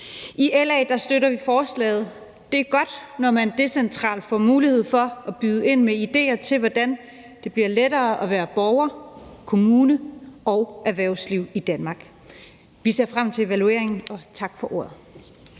I LA støtter vi forslaget. Det er godt, når man decentralt får mulighed for at byde ind med idéer til, hvordan det bliver lettere at være borger, kommune og erhvervsliv i Danmark. Vi ser frem til evalueringen. Tak for ordet.